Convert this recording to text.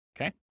Okay